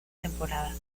temporada